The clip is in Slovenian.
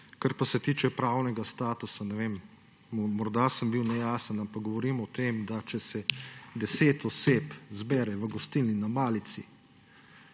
Kar pa se tiče pravnega statusa, ne vem, morda sem bil nejasen, ampak govorim o tem, da če se 10 oseb zbere v gostilni na malici